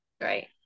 Right